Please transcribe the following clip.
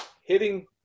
hitting